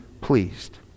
pleased